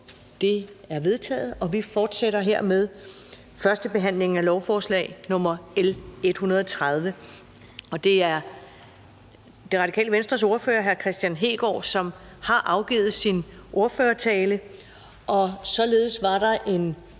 Det er vedtaget. Vi fortsætter hermed førstebehandlingen af lovforslag nr. L 130. Og det er Det Radikale Venstres ordfører, hr. Kristian Hegaard, som har afgivet sin ordførertale, og således er der en